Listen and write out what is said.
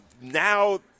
Now